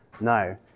No